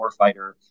warfighter